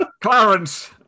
Clarence